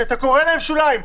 שאתה קורא להם "שוליים",